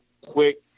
quick